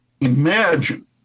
Imagine